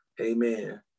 amen